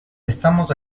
estamos